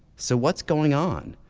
so what's going on?